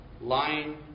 lying